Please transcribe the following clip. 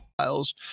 Files